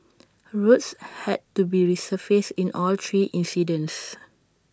roads had to be resurfaced in all three incidents